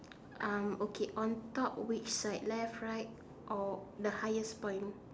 um okay on top which side left right or the highest point